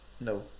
No